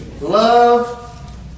Love